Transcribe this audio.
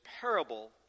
parable